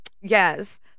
yes